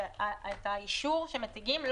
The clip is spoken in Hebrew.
שאת האישור שמציגים,